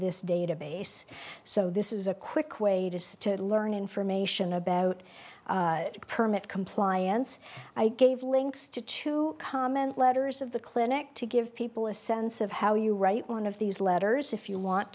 this database so this is a quick way to learn information about permit compliance i gave links to to comment letters of the clinic to give people a sense of how you write one of these letters if you want